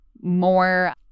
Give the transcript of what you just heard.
more